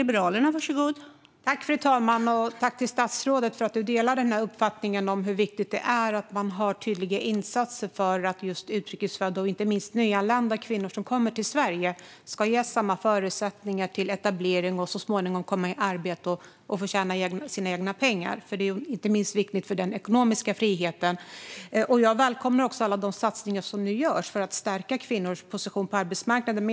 Fru talman! Jag tackar statsrådet för att hon delar uppfattningen att det är viktigt att man har tydliga insatser för att just utrikes födda och inte minst nyanlända kvinnor som kommer till Sverige ska ges förutsättningar till etablering och så småningom komma i arbete och få tjäna sina egna pengar. Det är inte minst viktigt för den ekonomiska friheten. Jag välkomnar också alla de satsningar som nu görs för att stärka kvinnors position på arbetsmarknaden.